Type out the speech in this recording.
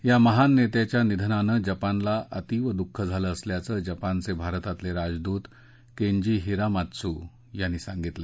या महान नेत्याच्या निधनानं जपानला अतीव दुःख झालं असल्याचं जपानचे भारतातले राजदूत केजी हिरामात्सू यांनी सांगितलं